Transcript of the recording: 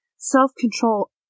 Self-control